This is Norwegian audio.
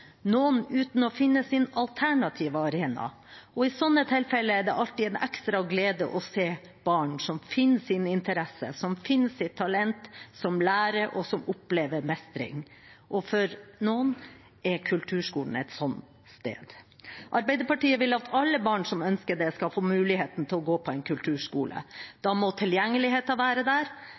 noen uten å finne sin alternative arena. I slike tilfeller er det alltid en ekstra glede å se barn som finner sin interesse, som finner sitt talent, som lærer, og som opplever mestring. For noen er kulturskolen et slikt sted. Arbeiderpartiet vil at alle barn som ønsker det, skal få muligheten til å gå på en kulturskole. Da må tilgjengeligheten være der.